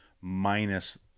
minus